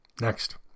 Next